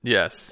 Yes